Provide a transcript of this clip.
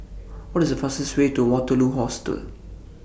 What IS The fastest Way to Waterloo Hostel